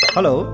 Hello